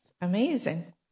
amazing